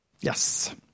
Yes